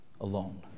alone